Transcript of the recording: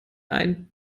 ein